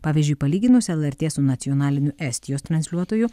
pavyzdžiui palyginus lrt su nacionaliniu estijos transliuotoju